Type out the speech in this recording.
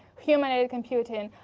human-aided computing.